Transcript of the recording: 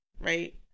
right